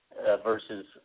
versus